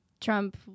trump